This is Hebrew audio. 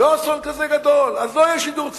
לא אסון כזה גדול, אז לא יהיה שידור ציבורי.